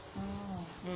mm